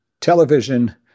television